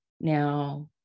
now